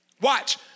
Watch